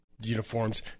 uniforms